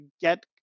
get